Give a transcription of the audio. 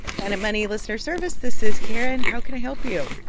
and money listener service. this is karen. how can i help you?